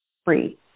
Free